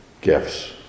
gifts